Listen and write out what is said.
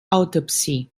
autopsy